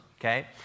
okay